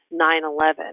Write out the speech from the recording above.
9-11